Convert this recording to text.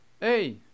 Hey